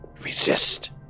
resist